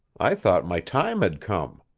i thought my time had come.